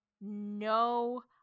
no